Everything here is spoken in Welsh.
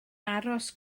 aros